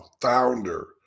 founder